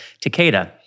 Takeda